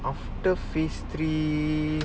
after phase three